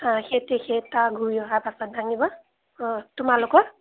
অঁ সেই তাৰ ঘূৰি অহা পাছত ভাঙিব অঁ তোমালোকৰ